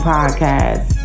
Podcast